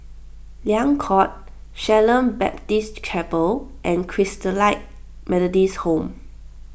Liang Court Shalom Baptist Chapel and Christalite Methodist Home